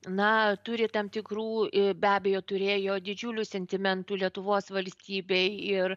na turi tam tikrų be abejo turėjo didžiulių sentimentų lietuvos valstybei ir